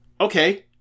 okay